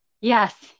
Yes